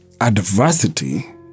adversity